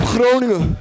Groningen